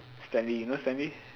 Stanley you know Stanley